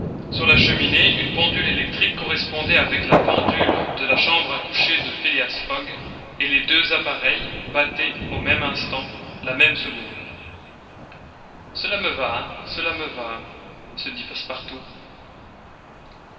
sur la cheminée une pendule électrique correspondait avec la pendule de la chambre à coucher de phileas fogg et les deux appareils battaient au même instant la même seconde cela me va cela me va se dit passepartout